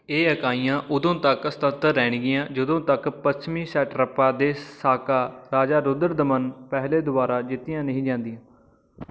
ਇਹ ਇਕਾਈਆਂ ਉਦੋਂ ਤੱਕ ਸੁਤੰਤਰ ਰਹਿਣਗੀਆਂ ਜਦੋਂ ਤੱਕ ਪੱਛਮੀ ਸੈਟਰੱਪਾਂ ਦੇ ਸਾਕਾ ਰਾਜਾ ਰੁਦਰ ਦਮਨ ਪਹਿਲੇ ਦੁਆਰਾ ਜਿੱਤੀਆਂ ਨਹੀਂ ਜਾਂਦੀਆਂ